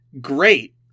great